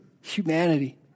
humanity